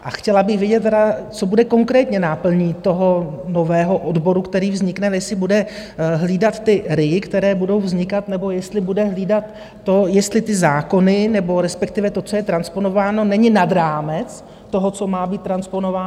A chtěla bych vědět, co bude konkrétně náplní toho nového odboru, který vznikne, jestli bude hlídat ty RIA, které budou vznikat, nebo jestli bude hlídat to, jestli ty zákony, nebo respektive to, co je transponováno, není nad rámec toho, co má být transponováno.